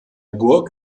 burg